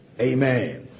Amen